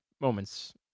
moments